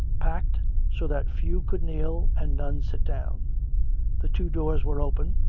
packed so that few could kneel and none sit down the two doors were open,